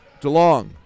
DeLong